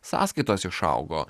sąskaitos išaugo